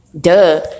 Duh